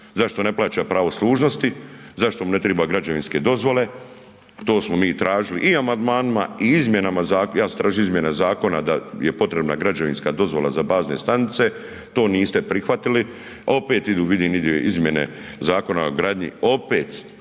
Zašto ne plaća pravo služnosti, zašto mu ne triba građevinske dozvole? To smo mi tražili i amandmanima i izmjenama zakona, ja sam tražio izmjene zakona da je potrebna građevinska dozvola za bazne stanice, to niste prihvatili, a opet vidim idu izmjene Zakona o gradnji, opet